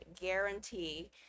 guarantee